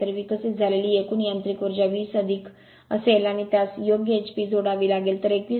तर विकसित झालेली एकूण यांत्रिक उर्जा २० असेल आणि त्यास योग्य एचपी जोडावी लागेल तर २१